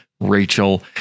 Rachel